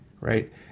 Right